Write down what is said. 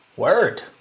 Word